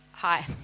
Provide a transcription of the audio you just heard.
Hi